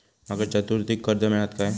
माका चतुर्थीक कर्ज मेळात काय?